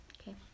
Okay